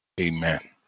Amen